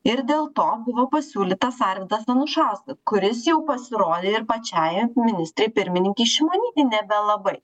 ir dėl to buvo pasiūlytas arvydas anušauskas kuris jau pasirodė ir pačiai ministrei pirmininkei šimonytei nebelabai